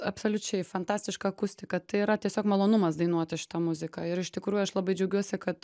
absoliučiai fantastiška akustika tai yra tiesiog malonumas dainuoti šitą muziką ir iš tikrųjų aš labai džiaugiuosi kad